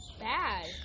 bad